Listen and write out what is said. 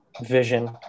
vision